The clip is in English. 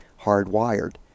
hardwired